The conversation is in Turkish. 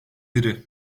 biri